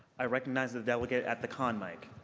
i recognize the delegate at the con mic.